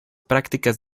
prácticas